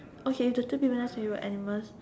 okay the two people next to you are animals